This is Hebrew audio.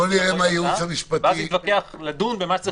אני --- ואז להתווכח ולדון במה שצריך לדון.